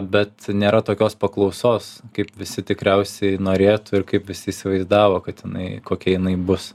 bet nėra tokios paklausos kaip visi tikriausiai norėtų ir kaip visi įsivaizdavo kad jinai kokia jinai bus